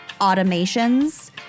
automations